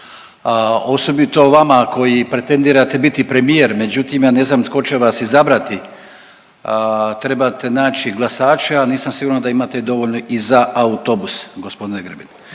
osobito o vama koji pretendirate biti premijer. Međutim ja ne znam tko će vas izabrati. Trebate naći glasače, a nisam siguran da imate dovoljno i za autobus, gospodine Grbin.